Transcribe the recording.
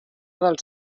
dels